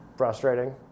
Frustrating